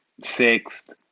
sixth